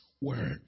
word